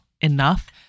enough